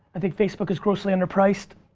i think facebook is grossly under priced.